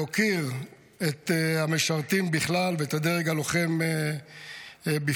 להוקיר את המשרתים בכלל ואת הדרג הלוחם בפרט,